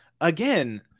again